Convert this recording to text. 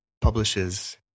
publishes